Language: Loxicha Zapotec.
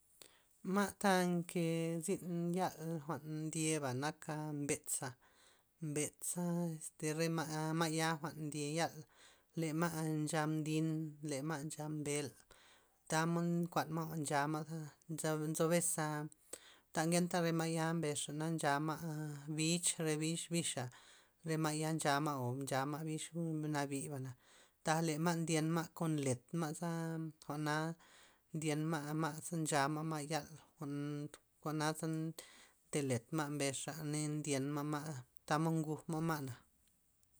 Ma' ta nke zyn yal jwa'n ndyeba nak mbe'za', mbetza' re ma' ma'ya jwa'n ndye yal le ma' ncha mdin, le ma' ncha mbel' tamod nkuan ma' jwa'n nchama na- nzo abes ta ngenta re ma'ya mbez xa na ncha ma' bich, re bich bixa', re ma' ya ncha ma' o ncha ma' bich nabiba'na taj le ma' ndyenma' kon let ma' za kon jwa'naza ndyenma' ma' ze nchama' ma' yal jwa'- jwa'naza nte letma' mbez xa' ndyenma' ma' tamod nguj ma' ma'na.